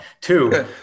Two